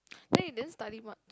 then you didn't study much